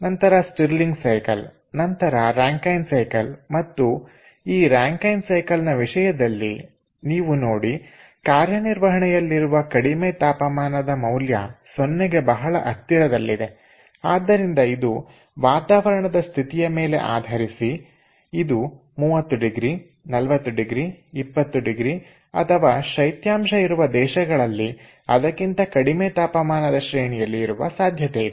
ನಂತರ Stirling cycle ನಂತರ Rankine cycle ಮತ್ತು ಈ ರಾಂಕೖೆನ್ ಸೈಕಲ್ ವಿಷಯದಲ್ಲಿ ನೀವು ನೋಡಿ ಕಾರ್ಯನಿರ್ವಹಣೆಯಲ್ಲಿರುವ ಕಡಿಮೆ ತಾಪಮಾನದ ಮೌಲ್ಯ ಸೊನ್ನೆಗೆ ಬಹಳ ಹತ್ತಿರದಲ್ಲಿದೆ ಆದ್ದರಿಂದ ಇದು ವಾತಾವರಣದ ಸ್ಥಿತಿಯ ಮೇಲೆ ಆಧರಿಸಿ ಇದು 30 ಡಿಗ್ರಿ 40 ಡಿಗ್ರಿ 20 ಡಿಗ್ರಿ ಅಥವಾ ಶೈತ್ಯಾಂಶ ಇರುವ ದೇಶಗಳಲ್ಲಿ ಅದಕ್ಕಿಂತ ಕಡಿಮೆ ತಾಪಮಾನದ ಶ್ರೇಣಿಯಲ್ಲಿ ಇರುವ ಸಾಧ್ಯತೆಯಿದೆ